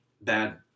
bad